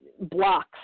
blocks